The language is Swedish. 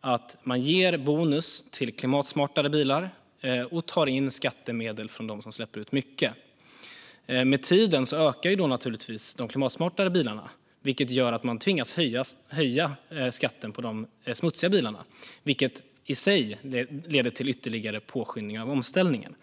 att man ger bonus till klimatsmartare bilar och tar in skattemedel från dem som släpper ut mycket. Med tiden ökar naturligtvis de klimatsmartare bilarna, vilket gör att man tvingas höja skatten på de smutsiga bilarna. Det i sig leder till ytterligare påskyndning av omställningen.